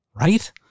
right